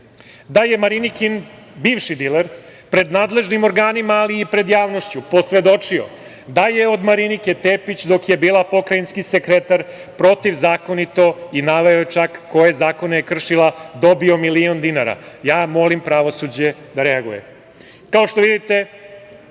da je Marinikin bivši diler pred nadležnim organima, ali i pred javnošću, posvedočio da je od Marinike Tepić dok je bila pokrajinski sekretar protivzakonito, i naveo je čak koje zakone je kršila, dobio milion dinara. Ja molim pravosuđe da reaguje. Kao